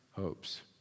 hopes